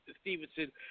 Stevenson